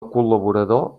col·laborador